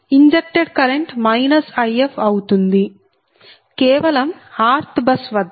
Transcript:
injected current -If అవుతుంది కేవలం rth bus వద్ద